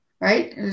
right